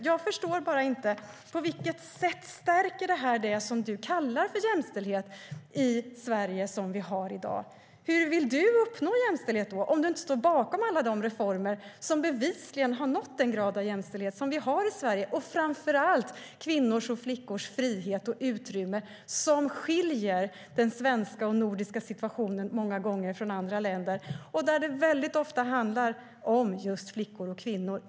Jag förstår bara inte på vilket sätt det här stärker det som du kallar jämställdhet i Sverige som vi har i dag. Jag undrar hur du vill uppnå jämställdhet om du inte står bakom alla de reformer som bevisligen har nått den grad av jämställdhet som vi har i Sverige och framför allt kvinnors och flickors frihet och utrymme som många gånger skiljer den svenska och nordiska situationen från andra länder och där det ofta handlar om just flickor och kvinnor.